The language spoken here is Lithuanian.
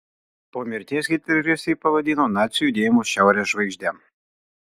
po mirties hitleris jį pavadino nacių judėjimo šiaurės žvaigžde